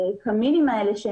הקמינים המזהמים האלה,